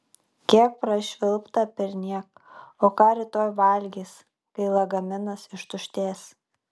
kiek prašvilpta perniek o ką rytoj valgys kai lagaminas ištuštės